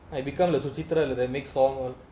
I become lah sujithraa இல்லாத:illaatha next song all